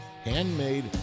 handmade